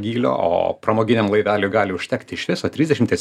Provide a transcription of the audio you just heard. gylio o pramoginiam laiveliui gali užtekti iš viso trisdešimties